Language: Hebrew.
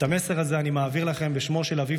את המסר הזה אני מעביר לכם בשמו של אביו